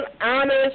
honest